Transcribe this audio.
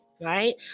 right